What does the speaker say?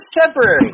temporary